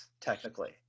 technically